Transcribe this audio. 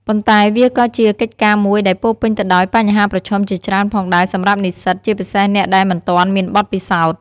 ប៉ុន្តែវាក៏ជាកិច្ចការមួយដែលពោរពេញទៅដោយបញ្ហាប្រឈមជាច្រើនផងដែរសម្រាប់និស្សិត ជាពិសេសអ្នកដែលមិនទាន់មានបទពិសោធន៍។